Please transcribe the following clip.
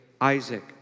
Isaac